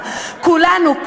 כולנו,